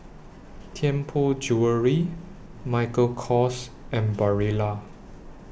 Tianpo Jewellery Michael Kors and Barilla